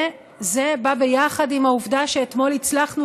וזה בא ביחד עם העובדה שאתמול הצלחנו